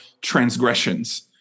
transgressions